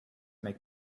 make